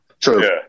True